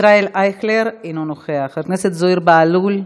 ישראל אייכלר, אינו נוכח, חבר הכנסת זוהיר בהלול,